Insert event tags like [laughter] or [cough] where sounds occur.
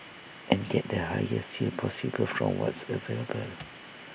and get the highest yield possible from what's available [noise]